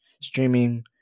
streaming